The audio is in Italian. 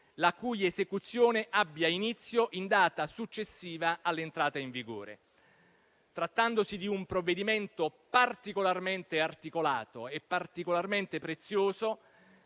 la cui esecuzione abbia inizio in data successiva all'entrata in vigore. Trattandosi di un provvedimento particolarmente articolato e particolarmente prezioso,